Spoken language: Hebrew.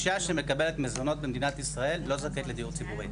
לדיור ציבורי.